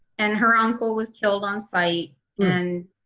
and her uncle was killed on sight and